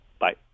Bye